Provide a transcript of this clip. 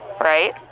right